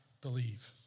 believe